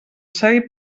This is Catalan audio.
savi